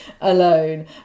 alone